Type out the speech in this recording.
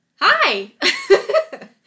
Hi